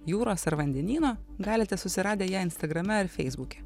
jūros ar vandenyno galite susiradę ją instagrame ar feisbuke